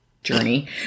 Journey